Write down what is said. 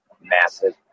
massive